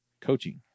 coaching